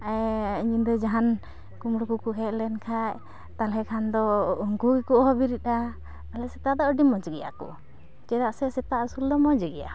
ᱧᱤᱫᱟᱹ ᱡᱟᱦᱟᱱ ᱠᱩᱢᱲᱩᱠᱚ ᱠᱚ ᱦᱮᱡᱞᱮᱱ ᱠᱷᱟᱡ ᱛᱟᱞᱦᱮ ᱠᱷᱟᱱᱫᱚ ᱩᱱᱠᱚ ᱜᱮᱠᱚ ᱦᱚᱦᱚ ᱵᱤᱨᱤᱫᱼᱟ ᱵᱚᱞᱮ ᱥᱮᱛᱟᱫᱚ ᱟᱹᱰᱤ ᱢᱚᱡᱽ ᱜᱮᱭᱟ ᱠᱚ ᱪᱮᱫᱟᱜ ᱥᱮ ᱥᱮᱛᱟ ᱟᱹᱥᱩᱞᱫᱚ ᱢᱚᱡᱽ ᱜᱮᱭᱟ